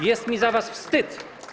Jest mi za was wstyd.